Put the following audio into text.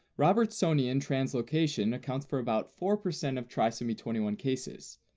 robertsonian translocation accounts for about four percent of trisomy twenty one cases.